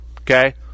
Okay